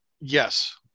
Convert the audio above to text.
yes